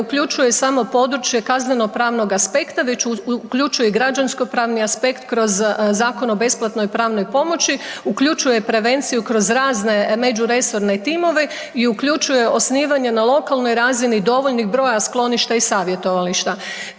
uključuje samo područje kaznenopravnog aspekta već uključuje i građanskopravni aspekt kroz zakon o besplatnoj pravnoj pomoći, uključuje prevenciju kroz razne međuresorne timove i uključuje osnivanje na lokalnoj razini dovoljnih broja skloništa i savjetovališta.